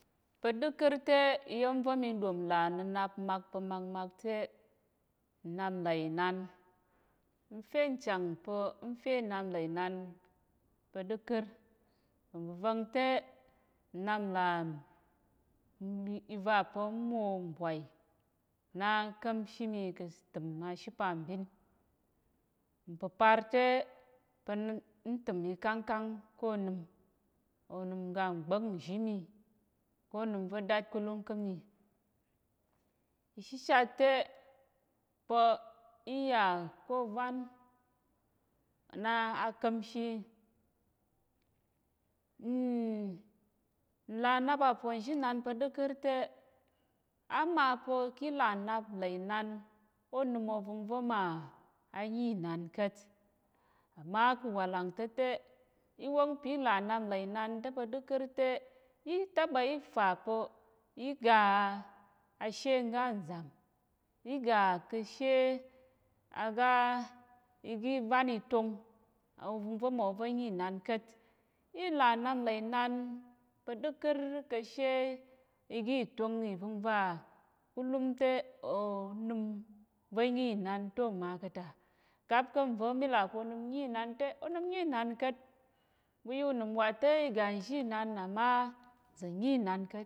Pa̱ ɗəkər te, iya̱m mi ɗom nlà nnənap mak pa̱ makmak te, nnap nlà inan, n fe nchang pa̱ n fe nnap nlà inan pa̱ ɗəkər, nvəva̱ng te. nnap nlà i va pa̱ m mwo mbwai na n ka̱mshi mi kà̱ təm ashe pal nbin. Mpəpar te, pa̱ n təm ikangkang ká̱ onəm, onəm ga ngba̱k nzhi mi ká̱ onəm va̱ dátkulung ká̱ mi. Nshishat te pa̱ i yà ká̱ ovan na á ka̱mshi. Nlà nnap àponzhi nan pa̱ ɗəkər te, á ma pa̱ ki là nnap nlà inan ônəm ovəngva̱ mà á nyi inan ka̱t. Ama ka̱ wàlàng ta̱ te, í wong pa̱ í là nnap nlà inan te pa̱ ɗəkər te í taɓa í fa pa̱ í ga ashe ngga nzam, í ga ka̱ she aga iga ivan itong ovəngva̱ ma ova̱ nyi inan ka̱t, í là nnap nlà inan pá ɗəkər ka̱ she iga ìtong ìvəng va kulum te onəm va̱ nyi inan te oma ka̱ ta, káp ká̱ nva̱ mí là pa̱ onəm nyi inan te, onəm nyi inan ka̱t ɓu ya unəm wa ta̱ i ga nzhi inan ama za̱ nyi inan ka̱t